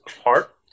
apart